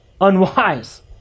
unwise